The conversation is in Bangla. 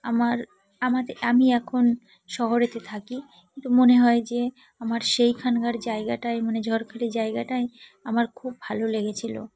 আমার আমার এ আমি এখন শহরে থাকি কিন্তু মনে হয় যে আমার সেখানকার জায়গাটাই মানে ঝড়খালি জায়গাটাই আমার খুব ভালো লেগেছিল